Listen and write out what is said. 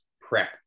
prep